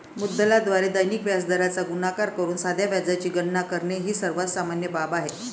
मुद्दलाद्वारे दैनिक व्याजदराचा गुणाकार करून साध्या व्याजाची गणना करणे ही सर्वात सामान्य बाब आहे